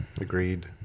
Agreed